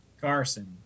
Carson